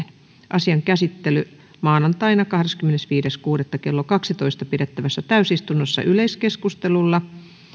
asian käsittely alkaa maanantaina kahdeskymmenesviides kuudetta kaksituhattakahdeksantoista klo kahdessatoista pidettävässä täysistunnossa yleiskeskustelulla